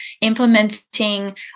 implementing